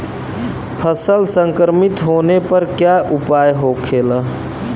फसल संक्रमित होने पर क्या उपाय होखेला?